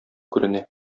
күренә